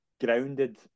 grounded